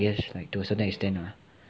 ya to a certain extent ah